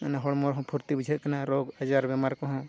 ᱢᱟᱱᱮ ᱦᱚᱲᱢᱚ ᱨᱮ ᱦᱚᱸ ᱯᱷᱩᱨᱛᱤ ᱵᱩᱡᱷᱟᱹᱜ ᱠᱟᱱᱟ ᱨᱳᱜᱽ ᱟᱡᱟᱨ ᱵᱤᱢᱟᱨ ᱠᱚ ᱦᱚᱸ